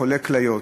חולה כליות,